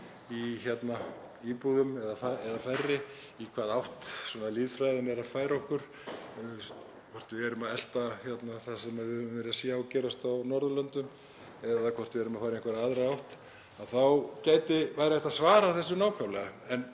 í íbúðum eða færri, í hvaða átt lýðfræðin er að færa okkur, hvort við erum að elta það sem við höfum verið að sjá gerast á Norðurlöndum eða hvort við erum að fara í einhverja aðra átt, þá væri hægt að svara þessu nákvæmlega.